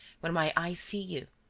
when my eyes see you.